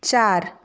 চার